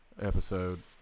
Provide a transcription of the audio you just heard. episode